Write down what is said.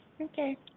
Okay